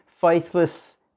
faithless